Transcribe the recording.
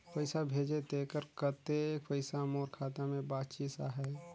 पइसा भेजे तेकर कतेक पइसा मोर खाता मे बाचिस आहाय?